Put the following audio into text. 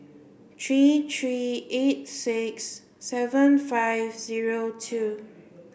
three three eight six seven five zero two